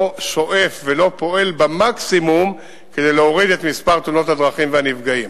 לא שואף ולא פועל במקסימום כדי להוריד את מספר תאונות הדרכים והנפגעים.